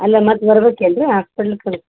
ಅಲ್ಲ ಮತ್ತೆ ಬರ್ಬೇಕಾ ಏನು ರೀ ಹಾಸ್ಪೆಟ್ಲು ಕಡೆ